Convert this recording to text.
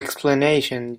explanation